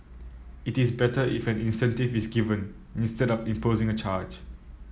it is better if an incentive is given instead of imposing a charge